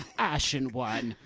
ashen one.